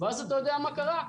ואז אתה יודע מה קרה?